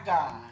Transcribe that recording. God